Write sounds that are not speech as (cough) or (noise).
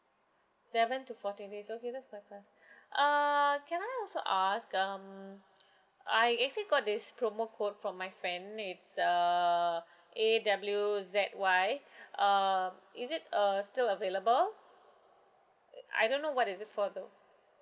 seven to fourteen days okay that's quite fast err can I also ask um (noise) I actually got this promo code from my friend it's err A W Z Y err is it uh still available uh I don't know what is it for though